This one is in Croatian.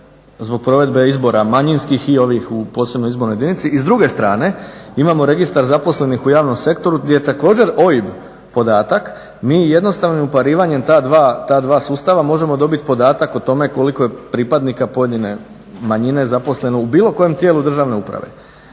zbog provedbe izbora, manjinskih i ovih u posebnoj izbornoj jedinici. I s druge strane imamo registar zaposlenih u javnom sektoru gdje je također OIB podatak, mi jednostavnim uparivanjem ta dva sustava možemo dobiti podatak o tome koliko je pripadnika pojedine manjine zaposleno u bilo kojem tijelu državne uprave.